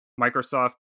Microsoft